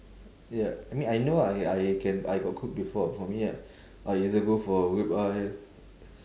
ya I mean I know I I can I got cook before for me I either go for ribeye